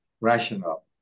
rational